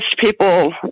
people